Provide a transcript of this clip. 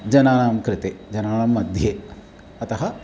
जनानां कृते जनानां मध्ये अतः